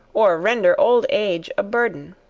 or render old age a burden.